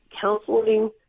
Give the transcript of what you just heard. counseling